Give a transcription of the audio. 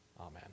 Amen